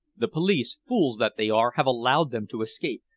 the police, fools that they are, have allowed them to escape,